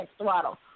throttle